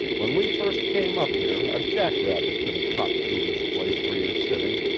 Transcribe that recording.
when we first came up here a jack-rabbit couldn't hop through this place where you're sitting,